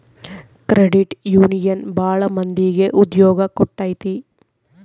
credit union ಭಾಳ ಮಂದಿಗೆ ಉದ್ಯೋಗ ಕೊಟ್ಟೈತಿ